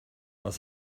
was